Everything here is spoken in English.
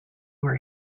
were